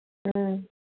ꯎꯝ